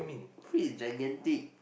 feet is gigantic